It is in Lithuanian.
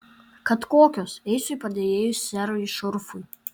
kad kokios eisiu į padėjėjus serui šurfui